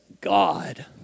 God